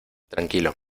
tranquilo